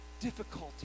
difficulty